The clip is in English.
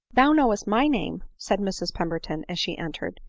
thou knowest my name, said mrs pemberton as she entered,